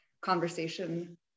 conversation